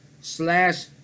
slash